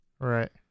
Right